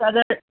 साधारण